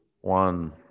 one